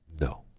No